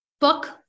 book